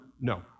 no